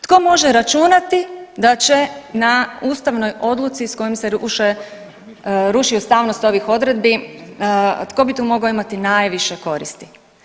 Tko može računati da će na ustavnoj odluci s kojom se ruše, ruši ustavnost odredbi tko bi tu mogao imati najviše koristi?